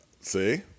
See